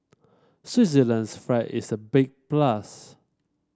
Switzerland's flag is a big plus